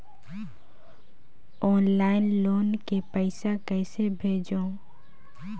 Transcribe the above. Online loan के पईसा कइसे भेजों?